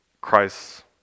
Christ